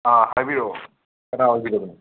ꯑꯥ ꯍꯥꯏꯕꯤꯌꯣ ꯀꯅꯥ ꯑꯣꯏꯕꯤꯔꯕꯅꯣ